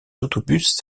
autobus